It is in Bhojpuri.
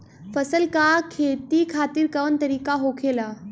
फसल का खेती खातिर कवन तरीका होखेला?